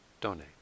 donate